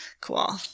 cool